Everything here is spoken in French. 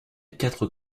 quatre